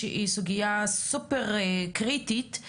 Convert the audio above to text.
שהיא סוגיה סופר קריטית.